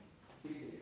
hello